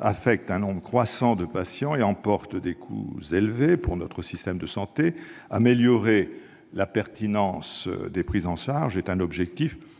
affecte un nombre croissant de patients et emporte des coûts élevés pour notre système de santé, améliorer la pertinence des prises en charge est un objectif